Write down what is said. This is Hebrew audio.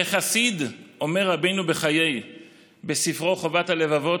"החסיד", אומר רבנו בחיי בספרו חובת הלבבות,